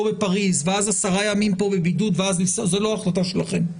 בפריס ואז 10 ימים כאן בבידוד ואז לנסוע- זאת לא החלטה שלכם.